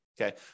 okay